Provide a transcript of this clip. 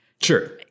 Sure